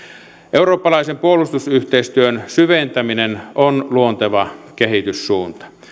eurooppalaisen puolustusyhteistyön syventäminen on luonteva kehityssuunta